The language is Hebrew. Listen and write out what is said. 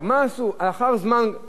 לאחר זמן,